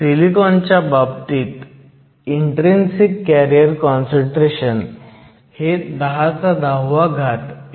सिलिकॉनच्या बाबतीत intrinsic carrier concentration हे 1010 आहे